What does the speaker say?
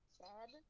sad